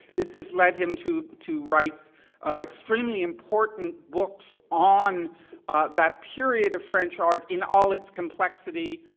this has led him to to write extremely important books on that period of french art in all its complexity,